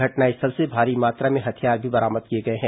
घटनास्थल से भारी मात्रा में हथियार भी बरामद किए गए हैं